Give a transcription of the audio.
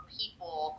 people